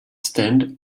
stand